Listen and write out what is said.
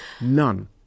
none